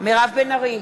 מירב בן ארי,